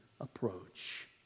approach